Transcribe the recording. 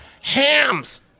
Ham's